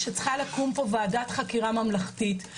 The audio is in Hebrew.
שצריכה לקום פה וועדת חקירה ממלכתית,